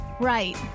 Right